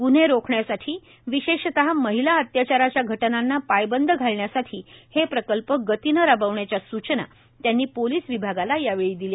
गुन्हे रोखण्यासाठी विशेषतः महिला अत्याचाराच्या घटनांना पायबंद घालण्यासाठी हे प्रकल्प गतीने राबविण्याच्या सूचना त्यांनी पोलीस विभागाला यावेळी दिल्या